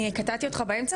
אני קטעתי אותך באמצע,